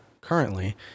currently